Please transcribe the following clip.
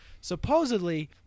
supposedly